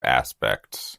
aspects